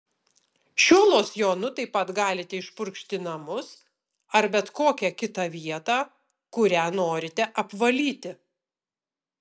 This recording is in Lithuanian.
šiuo losjonu taip pat galite išpurkšti namus ar bet kokią kitą vietą kurią norite apvalyti